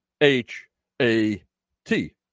H-A-T